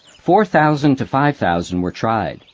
four thousand to five thousand were tried.